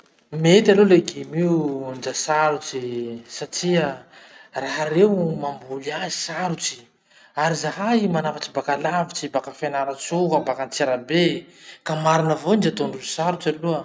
Mety aloha legume io ndra sarotsy satria raha reo mamboly azy sarotry. Ary zahay manafatsy baka lavitsy, baka fianaratsoa, baka antsirabe, ka marina avao ndre ataondrozy sarotsy aloha.